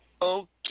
Okay